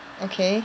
okay